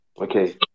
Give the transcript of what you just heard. okay